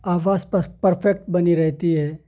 آواز پرپرفیکٹ بنی رہتی ہے